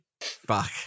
Fuck